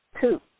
Two